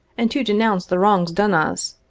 and to denounce the wrongs done us,